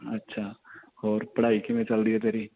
ਅੱਛਾ ਹੋਰ ਪੜ੍ਹਾਈ ਕਿਵੇਂ ਚਲਦੀ ਹੈ ਤੇਰੀ